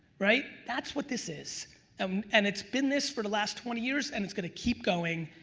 right? that's what this is um and it's been this for the last twenty years and it's gonna keep going.